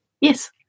Yes